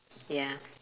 ya